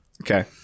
Okay